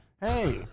hey